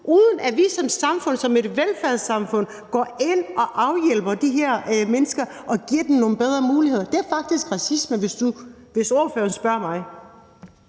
uden at vi som samfund, som velfærdssamfund, går ind og afhjælper det for de her mennesker og giver dem nogle bedre muligheder. Det er faktisk racisme, hvis ordføreren spørger mig.